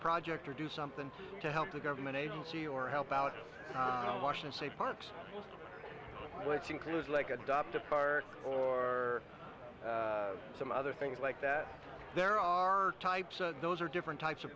project or do something to help the government agency or help out of washington state parks which includes like adopt a far or some other things like that there are types those are different types of